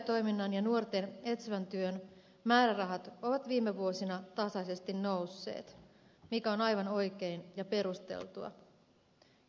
työpajatoiminnan ja nuorten etsivän työn määrärahat ovat viime vuosina tasaisesti nousseet mikä on aivan oikein ja perusteltua